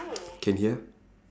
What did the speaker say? can hear